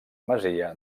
masia